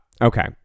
Okay